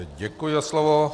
Děkuji za slovo.